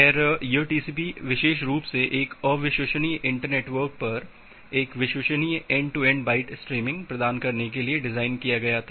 खैर यह टीसीपी विशेष रूप से एक अविश्वसनीय इंटर नेटवर्क पर एक विश्वसनीय end to end byte streaming प्रदान करने के लिए डिज़ाइन किया गया था